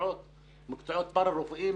מקצועות פארא-רפואיים